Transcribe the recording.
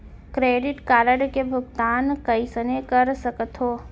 Credit card के भुगतान कइसने कर सकथो?